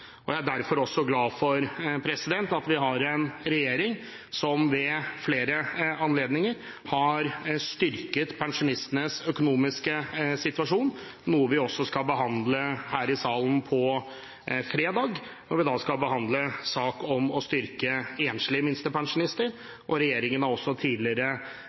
liv. Jeg er glad for at vi har en regjering som ved flere anledninger har styrket pensjonistenes økonomiske situasjon, noe vi også skal behandle her i salen på fredag i en sak om å styrke enslige minstepensjonister. Regjeringen har tidligere